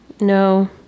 no